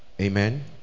Amen